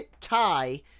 tie